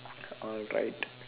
alright